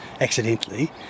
accidentally